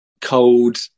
cold